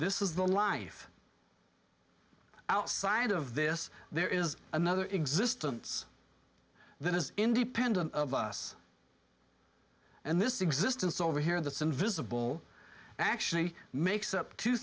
this is the life outside of this there is another existence that is independent of us and this existence over here that's invisible actually makes up two